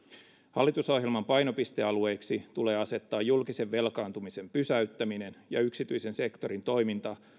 hallitusohjelman painopistealueiksi tulee asettaa julkisen velkaantumisen pysäyttäminen ja yksityisen sektorin toiminta